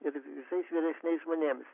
ir visais vyresniais žmonėmis